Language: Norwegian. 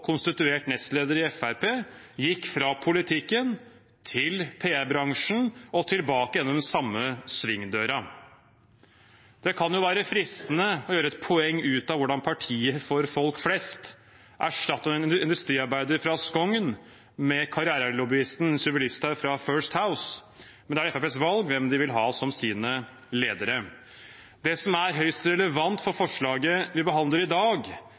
konstituert nestleder i Fremskrittspartiet gikk fra politikken til PR-bransjen og tilbake gjennom den samme svingdøren. Det kan jo være fristende å gjøre et poeng ut av hvordan partiet for folk flest erstattet en industriarbeider fra Skogn med karrierelobbyisten Sylvi Listhaug fra First House, men det er Fremskrittspartiets valg hvem de vil ha som sine ledere. Det som er høyst relevant for forslaget vi behandler i dag,